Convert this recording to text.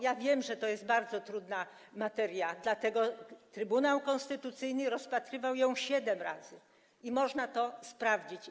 Ja wiem, że to jest bardzo trudna materia, dlatego Trybunał Konstytucyjny rozpatrywał ją siedem razy, co można sprawdzić.